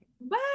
Bye